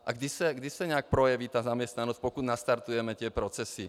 A kdy se nějak projeví ta zaměstnanost, pokud nastartujeme ty procesy?